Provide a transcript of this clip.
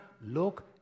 look